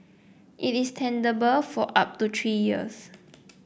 it is tenable for up to three years